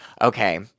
okay